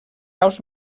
aus